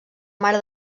mare